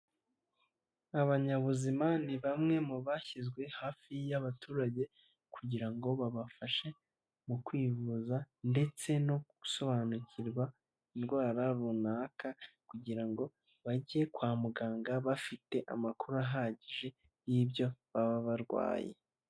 Abanyabuzima ni bamwe mu bashyizwe hafi y'abaturage kugira ngo babafashe mu kwivuza ndetse no gusobanukirwa indwara runaka, kugira ngo bajye kwa muganga bafite amakuru ahagije y'ibyo baba barwaye.